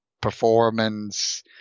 performance